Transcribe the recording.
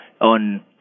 on